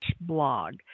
blog